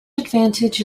advantage